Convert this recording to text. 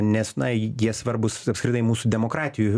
nes na jie svarbūs apskritai mūsų demokratijų